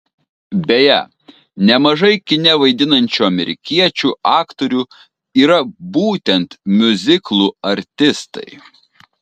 beje nemažai kine vaidinančių amerikiečių aktorių yra būtent miuziklų artistai